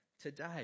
Today